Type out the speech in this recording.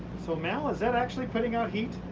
so mal, is that actually putting out heat?